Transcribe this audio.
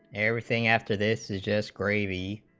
everything after this is just gravy